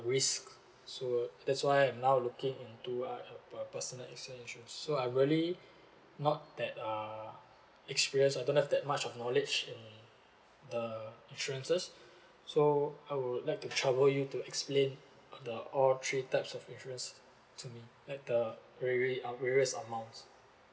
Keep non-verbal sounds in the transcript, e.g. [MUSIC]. risk so that's why I'm now looking into uh per~ personal accident insurance so I'm really [BREATH] not that uh experience I don't have that much of knowledge in the insurances so I would like to trouble you to explain uh the all three types of insurance to me and the vary uh various amount